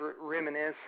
reminisce